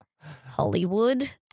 Hollywood